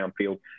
downfield